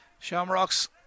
Shamrocks